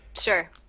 Sure